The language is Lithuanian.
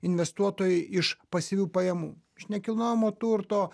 investuotojai iš pasyvių pajamų iš nekilnojamo turto